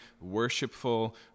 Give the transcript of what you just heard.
worshipful